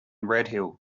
redhill